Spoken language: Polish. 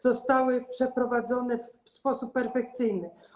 Zostały przeprowadzone w sposób perfekcyjny.